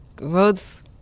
roads